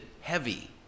heavy